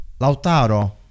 Lautaro